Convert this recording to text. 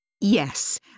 Yes